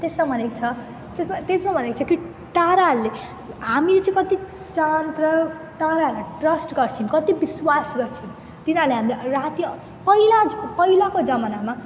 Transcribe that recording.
त्यसमा भनेको छ त्यसमा त्यसमा भनेको छ कि ताराहरूले हामीले कति चाँद र ताराहरूलाई ट्रस्ट गर्छौँ कति विश्वास गर्छौँ तिनीहरूले हामीलाई राति पहिला पहिलाको जमानामा